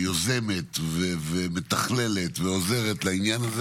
אם מבקשים להתחלף, בבקשה, חבר הכנסת שטרן.